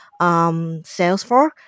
Salesforce